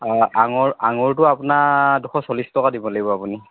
আঙুৰ আঙুৰটো আপোনাৰ দুশ চল্লিশ টকা দিব লাগিব আপুনি